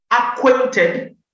acquainted